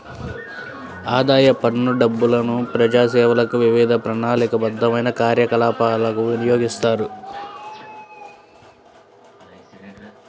ఆదాయపు పన్ను డబ్బులను ప్రజాసేవలకు, వివిధ ప్రణాళికాబద్ధమైన కార్యకలాపాలకు వినియోగిస్తారు